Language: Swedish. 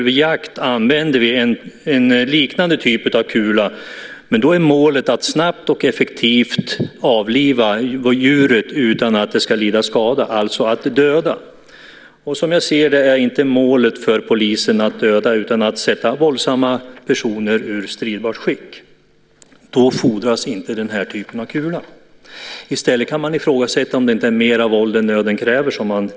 Vid jakt använder vi nämligen en liknande kula, men då är målet att snabbt och effektivt avliva djuret utan att det lider skada, alltså för att döda. Men målet för polisen är ju inte att döda utan att sätta våldsamma personer ur stridbart skick, och då fordras inte den typen av kula. I stället kan man fråga sig om man inte tillämpar mer våld än vad nöden kräver.